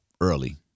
early